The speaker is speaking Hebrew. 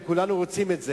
וכולנו רוצים את זה,